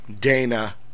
Dana